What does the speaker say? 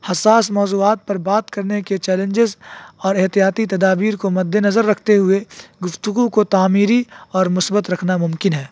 حساس موضوعات پر بات کرنے کے چیلنجز اور احتیاطی تدابیر کو مد نظر رکھتے ہوئے گفتگو کو تعمیری اور مثبت رکھنا ممکن ہے